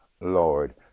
Lord